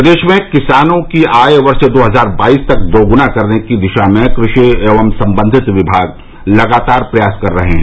प्रदेश में किसानों की आय वर्ष दो हजार बाईस तक दोगुना करने की दिशा में कृषि एवं संबंधित विभाग लगातार प्रयास कर रहे हैं